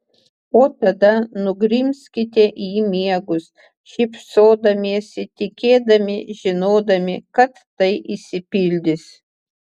o tada nugrimzkite į miegus šypsodamiesi tikėdami žinodami kad tai išsipildys